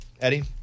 Eddie